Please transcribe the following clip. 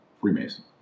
freemason